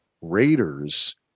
Raiders